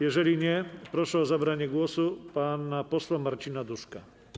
Jeżeli nie, proszę o zabranie głosu pana posła Marcina Duszka.